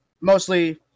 mostly